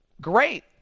Great